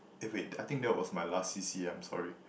eh wait I think that was my last c_c_a I'm sorry